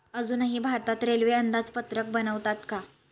अजूनही भारतात रेल्वे अंदाजपत्रक बनवतात का?